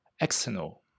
external